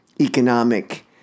economic